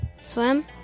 Swim